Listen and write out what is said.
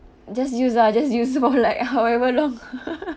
just use lah just use for like however long